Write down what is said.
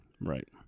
Right